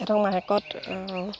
ইহঁতক মাহেকত